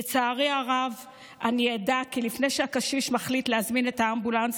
לצערי הרב אני עדה כי לפני שהקשיש מחליט להזמין את האמבולנס,